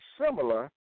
similar